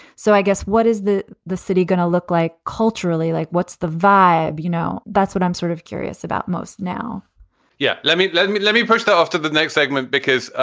so i guess what is the the city going to look like culturally? like what's what's the vibe? you know? that's what i'm sort of curious about most now yeah. let me let me let me push that after the next segment, because.